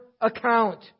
account